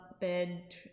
bed